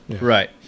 Right